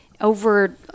Over